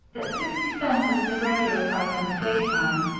that sixty cents is the regular price in the daytime,